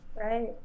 Right